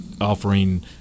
offering